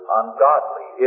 ungodly